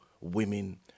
women